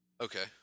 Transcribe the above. Okay